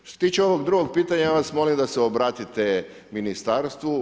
Što se tiče ovog drugog čitanja ja vas molim da se obratite ministarstvu.